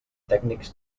tècnics